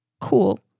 cool